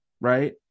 right